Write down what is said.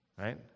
right